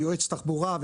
יועץ תחבורה,